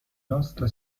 nostra